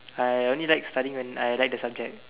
I only like studying when I like the subject